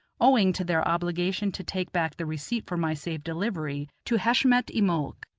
owing to their obligation to take back the receipt for my safe delivery to heshmet-i-molk.